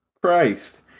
Christ